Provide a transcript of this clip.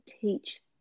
teach